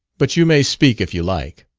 but you may speak, if you like.